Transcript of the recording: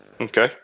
Okay